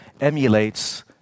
emulates